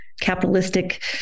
capitalistic